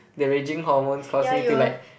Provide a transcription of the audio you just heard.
the raging hormones cause me to like